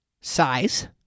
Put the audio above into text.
size